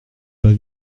pas